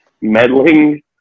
meddling